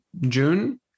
June